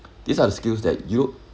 these are the skills that you